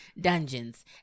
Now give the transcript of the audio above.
Dungeons